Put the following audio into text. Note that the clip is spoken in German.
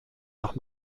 nach